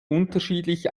unterschiedlich